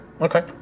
Okay